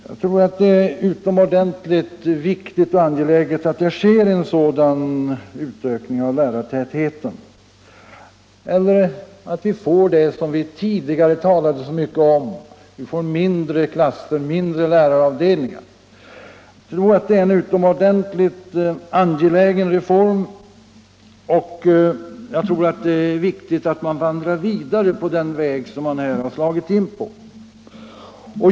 Jag tror det är utomordentligt viktigt och angeläget med en sådan ökning av lärartätheten som vi talat så mycket om, dvs. mindre klasser och mindre läraravdelningar. Jag anser att det är en utomordentligt angelägen reform, och jag tror det är viktigt att gå vidare på den väg man här slagit in på.